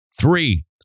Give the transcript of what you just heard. Three